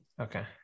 Okay